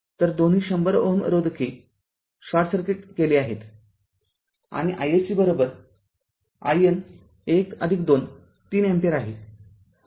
तर दोन्ही १०० Ω रोधके शॉर्ट सर्किट केले आहेत आणि iSC IN १२ ३ अँपिअर आहे